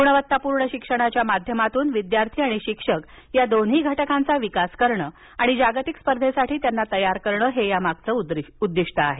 गुणवत्तापूर्ण शिक्षणाच्या माध्यमातून विद्यार्थी आणि शिक्षक या दोन्ही घटकांचा विकास करण आणि जागतिक स्पर्धेसाठी त्यांना तयार करण हे या मागचं उद्दिष्ट आहे